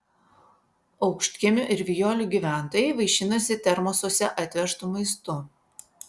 aukštkiemių ir vijolių gyventojai vaišinosi termosuose atvežtu maistu